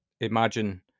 imagine